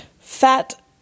fat